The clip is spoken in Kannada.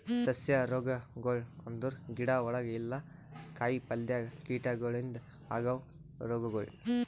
ಸಸ್ಯ ರೋಗಗೊಳ್ ಅಂದುರ್ ಗಿಡ ಒಳಗ ಇಲ್ಲಾ ಕಾಯಿ ಪಲ್ಯದಾಗ್ ಕೀಟಗೊಳಿಂದ್ ಆಗವ್ ರೋಗಗೊಳ್